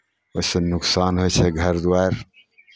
ओहिसँ नुकसान होइ छै घर दुआरि